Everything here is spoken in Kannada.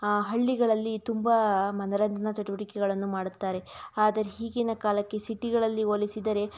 ಹಳ್ಳಿಗಳಲ್ಲಿ ತುಂಬ ಮನರಂಜನಾ ಚಟುವಟಿಕೆಗಳನ್ನು ಮಾಡುತ್ತಾರೆ ಆದರೆ ಈಗಿನ ಕಾಲಕ್ಕೆ ಸಿಟಿಗಳಲ್ಲಿ ಹೋಲಿಸಿದರೆ